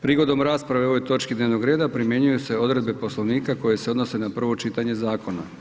Prigodom rasprave o ovoj točki dnevnog reda primjenjuju se odredbe Poslovnika koje se odnose na prvo čitanje zakona.